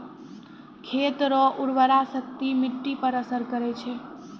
खेत रो उर्वराशक्ति मिट्टी पर असर करै छै